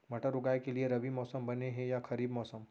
मटर उगाए के लिए रबि मौसम बने हे या खरीफ मौसम?